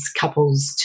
couples